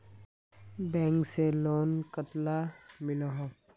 Bank से loan कतला मिलोहो?